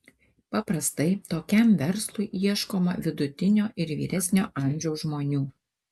paprastai tokiam verslui ieškoma vidutinio ir vyresnio amžiaus žmonių